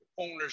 owners